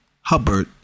Hubbard